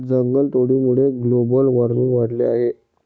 जंगलतोडीमुळे global warming वाढले आहे